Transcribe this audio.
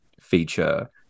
feature